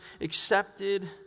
accepted